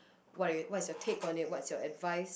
what is what is your take on it what is your advice